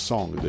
Song